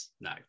No